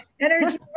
Energy